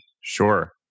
Sure